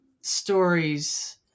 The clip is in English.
stories